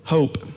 Hope